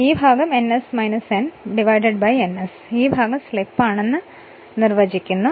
ഈ ഭാഗം ns n ns ഈ ഭാഗം സ്ലിപ്പ് ആണെന്ന് ഞങ്ങൾ നിർവ്വചിക്കുന്നു